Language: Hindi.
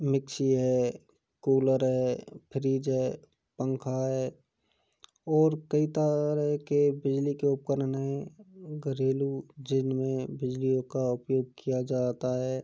मिक्सी है कूलर है फ्रिज है पंखा है और कई तारह के बिजली के उपकरण हैं घरेलू जिन में बिजलि का उपयोग किया जाता है